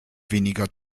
weniger